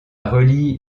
relie